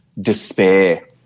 despair